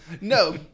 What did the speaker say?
no